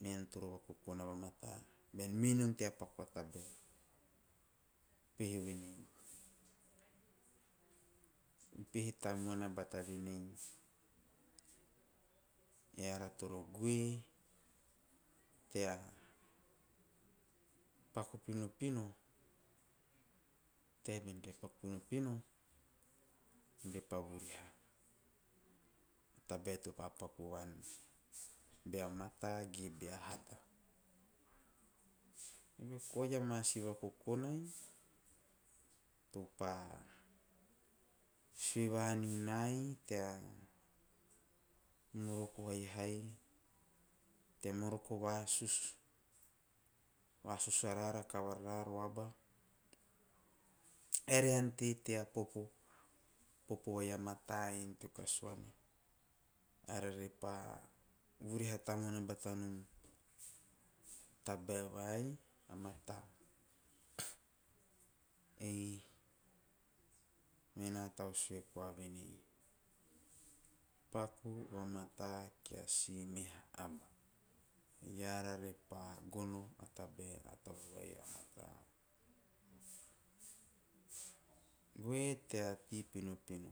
Mean toro vakokona vamata, bean mi nom tea pakpaka a ven. Peh e vene, peh e tamoana vatave nei. Eara toro goe, tea paku pinopino, tea bean ge paku pinopino, ve pavuriha. Tabe topa topu van, vea mata give hata. Vo koya a masi vakokona, ropa sivani nai tea noko e hain, te moroko vasus, a sus arara kabara ruava, erian ti tea popo, popo ei a mata en to kasuana. A rerepa vuri hata nom na batanom, tabe vai a mata. Ei mena tou sua koa venei, paku vamata kea simiha am. Eara repa gono a tabe a tavavai a mata. Goe tea ki pinopino,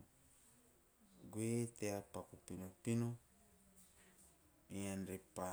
goe tea paku pinopino, ean repa